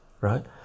right